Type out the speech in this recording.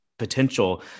Potential